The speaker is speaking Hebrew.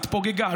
התפוגגה.